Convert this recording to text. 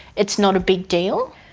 it's not a big deal.